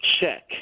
check